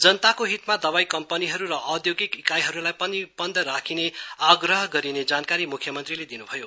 जनता हितमा दवाई कम्पनीहरू र औधोगिक इकाईहरूलाई पनि बन्द राख्ने आग्रह गरिने जानकारी मुख्य मंत्रीले दिनु भयो